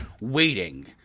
waiting